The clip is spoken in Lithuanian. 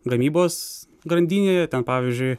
gamybos grandinėje ten pavyzdžiui